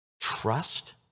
trust